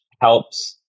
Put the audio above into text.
helps